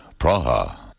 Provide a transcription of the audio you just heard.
Praha